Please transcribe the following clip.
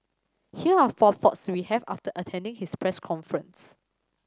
here are four thoughts we have after attending his press conference